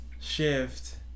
shift